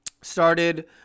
started